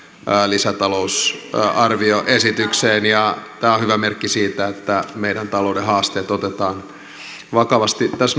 lisätalousarvioesitykseen tämä on hyvä merkki siitä että meidän talouden haasteet otetaan vakavasti